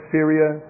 Syria